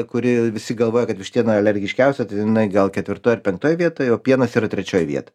kuri visi galvoja kad vištiena alergiškiausia tai jinai gal ketvirtoj ar penktoj vietoj o pienas yra trečioj vietoj